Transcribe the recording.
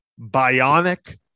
bionic